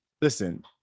Listen